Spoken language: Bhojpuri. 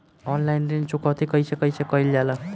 ऑनलाइन ऋण चुकौती कइसे कइसे कइल जाला?